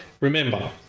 remember